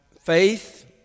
faith